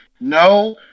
no